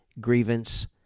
grievance